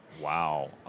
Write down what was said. Wow